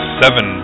seven